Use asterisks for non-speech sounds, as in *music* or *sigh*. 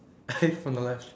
*laughs* from the left